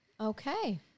okay